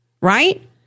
right